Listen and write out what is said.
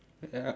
ya